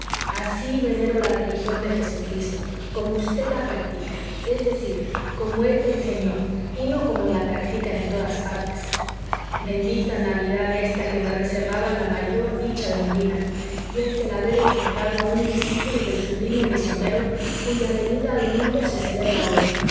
así venero la religión de jesucristo como vd la practica es decir como él la enseñó y no como la practican en todas partes bendita navidad ésta que me reservaba la mayor dicha de mi vida y es el haber encontrado a un discípulo del sublime misionero cuya venida al mundo se celebra hoy